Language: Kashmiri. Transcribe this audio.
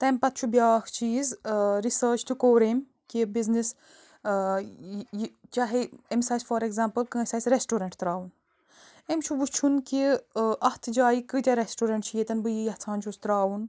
تَمہِ پتہٕ چھُ بیٚاکھ چیٖز رِسٲرٕچ تہِ کوٚر أمۍ کہِ بزنٮ۪س یہِ چاہیے أمِس آسہِ فار ایٚکزامپٕل کٲنٛسہِ آسہِ ریسٹورنٹ تَراوُن أمِس چھُ وُچھن کہِ اَتھ جایہِ کۭتیاہ ریسٹورنٹ چھِ ییٚتن بہٕ یہِ یَژھان چھُس تَراوُن